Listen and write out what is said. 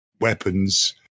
weapons